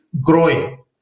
growing